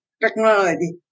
technology